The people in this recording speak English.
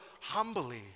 humbly